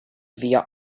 via